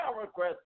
request